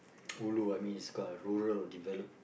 ulu I mean it's got a rural developed